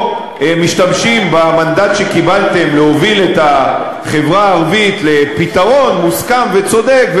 משתמשים במנדט שקיבלתם להוביל את החברה הערבית לפתרון מוסכם וצודק,